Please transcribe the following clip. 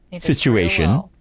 situation